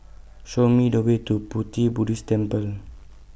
Show Me The Way to Pu Ti Buddhist Temple